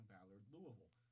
Ballard-Louisville